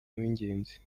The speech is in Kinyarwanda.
w’ingenzi